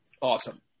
Awesome